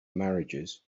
marriages